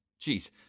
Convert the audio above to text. Jeez